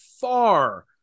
far